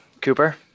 Cooper